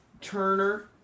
Turner